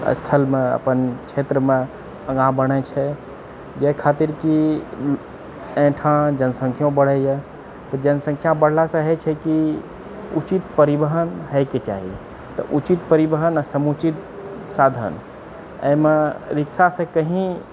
स्थलमे अपन क्षेत्रमे आगाँ बढ़ै छै जेहि खातिर कि एहिठाम जनसङ्ख्यो बढैए तऽ जनसङ्ख्या बढ़लासँ होइछै कि उचित परिवहन होएके चाही तऽ उचित परिवहन आ समुचित साधन अहिमे रिक्शासे कही